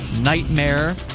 nightmare